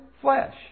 flesh